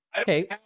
Okay